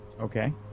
Okay